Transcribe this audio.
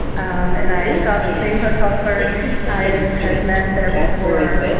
um and i saw the same hotel clerk i had had met there before.